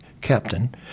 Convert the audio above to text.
Captain